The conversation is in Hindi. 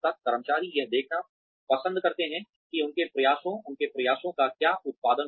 कर्मचारी यह देखना पसंद करते हैं कि उनके प्रयासों उनके प्रयासों का क्या उत्पादन हुआ है